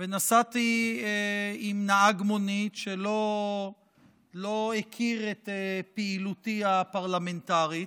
ונסעתי עם נהג מונית שלא הכיר את פעילותי הפרלמנטרית,